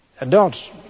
adults